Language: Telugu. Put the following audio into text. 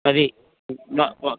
అది నా